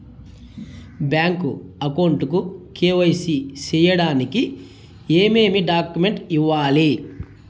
Bank account కు KYC సేయడానికి ఏమేమి డాక్యుమెంట్ ఇవ్వాలి?